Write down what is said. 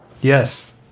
Yes